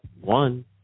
One